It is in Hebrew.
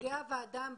נציגי הוועדה ב-זום.